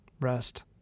rest